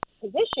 position